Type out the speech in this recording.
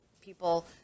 people